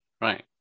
Right